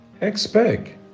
Expect